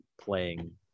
playing